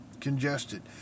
congested